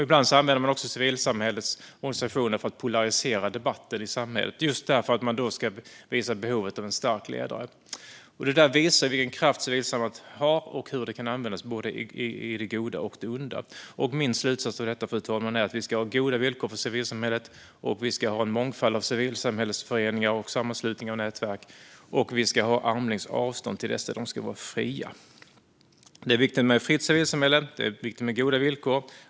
Ibland använder man också civilsamhällets organisationer för att polarisera debatten i samhället, därför att man då tycker sig visa behovet av en stark ledare. Det där visar vilken kraft civilsamhället har och hur den kan användas både i det goda och i det onda. Min slutsats av detta, fru talman, är att vi ska ha goda villkor för civilsamhället. Vi ska ha en mångfald av civilsamhällesföreningar, sammanslutningar och nätverk, och vi ska ha armlängds avstånd till dessa. De ska vara fria. Det är viktigt med ett fritt civilsamhälle och goda villkor.